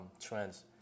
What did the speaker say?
trends